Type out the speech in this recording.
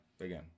again